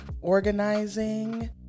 organizing